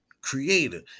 creator